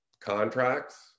contracts